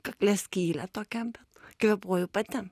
kakle skylę tokią bet kvėpuoju pati